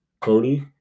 Cody